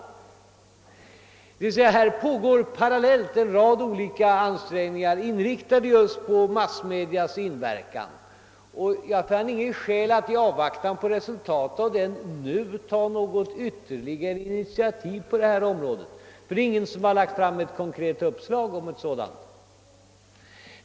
En rad olika ansträngningar, inriktade just på massmedias inverkan, pågår alltså parallellt, och jag finner inget skäl att i avvaktan på resultatet av dem ta ytterligare initiativ, särskilt som ingen lagt fram ett konkret uppslag.